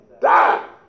die